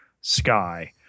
Sky